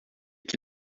qui